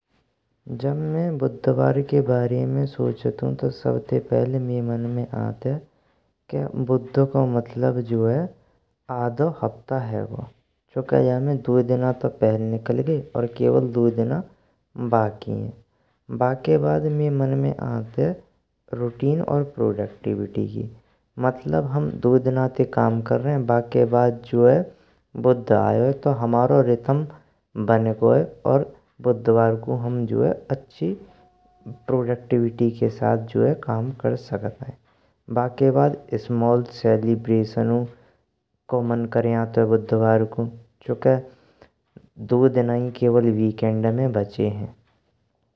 जब मी बुधवार के बारे में सोचंतु, तो सबसे पहेल माय्ये मन में आनतेय के बुध को मतलब जो है अधो हफ्ता हायगो। चूंकि जम्मे दो दिना तो पहेल निकल गए और केवल दो दिना बक्किन्ये बाके, बाद माय्ये मन में आनतेय रूटीन और प्रोडक्टिविटी की मतलब हम द्योय दिना तो काम कर रहे हैं। बाके बाद जो है बुध आयो है, तो हमाओ रिथम बन गो है और बुधवार को जो है, हम अछि प्रोडक्टिविटी के साथ काम कर सकतें। बाके बाद स्मॉल सेलिब्रेशनु को मन कर अंतुये बुधवार कू, चूंकि दोए दिना वीकेंड में बच्चे हैं।